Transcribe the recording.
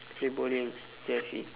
play bowling K I see